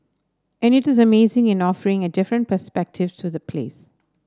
and it the amazing in offering a different perspective to the place